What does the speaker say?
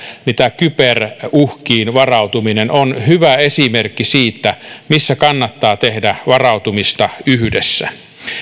niin kyber uhkiin varautuminen on hyvä esimerkki siitä missä kannattaa tehdä varautumista yhdessä